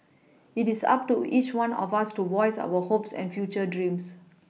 it is up to each one of us to voice our hopes and future dreams